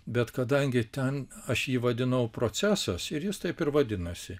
bet kadangi ten aš jį vadinau procesas ir jis taip ir vadinasi